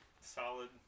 Solid